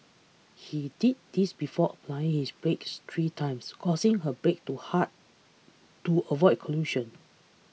he did this before applying his brakes three times causing her brake to hard to avoid collision